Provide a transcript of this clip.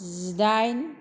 जिदाइन